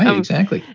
um exactly.